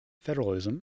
federalism